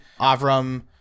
Avram